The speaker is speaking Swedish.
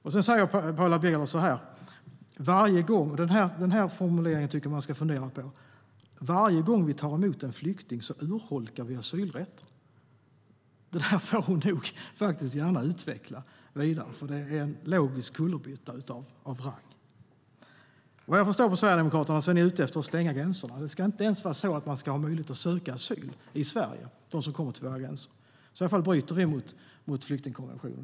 Paula Bieler säger så här - och den här formuleringen tycker jag att man ska fundera på: Varje gång vi tar emot en flykting urholkar vi asylrätten. Det får hon gärna utveckla vidare, för det är en logisk kullerbytta av rang. Vad jag förstår av Sverigedemokraterna är ni ute efter att stänga gränserna. De som kommer till våra gränser ska inte ens ha möjlighet att söka asyl i Sverige. I så fall bryter vi mot flyktingkonventionen.